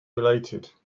related